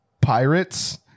pirates